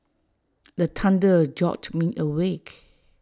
the thunder jolt me awake